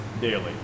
daily